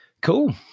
Cool